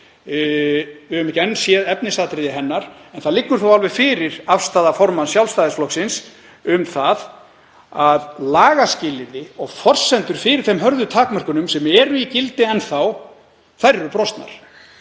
Við höfum ekki enn séð efnisatriði hennar en þó liggur alveg fyrir afstaða formanns Sjálfstæðisflokksins um það að lagaskilyrði og forsendur fyrir þeim hörðu takmörkunum sem enn eru í gildi séu brostnar.